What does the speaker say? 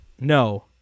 No